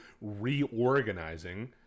reorganizing